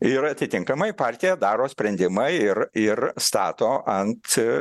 ir atitinkamai partija daro sprendimą ir ir stato ant